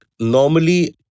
normally